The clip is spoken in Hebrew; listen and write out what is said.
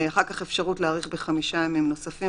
אחר כך אפשרות להאריך בחמישה ימים נוספים